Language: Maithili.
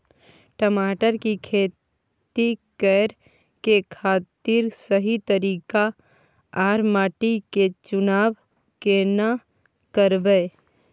टमाटर की खेती करै के खातिर सही तरीका आर माटी के चुनाव केना करबै?